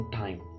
time